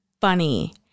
funny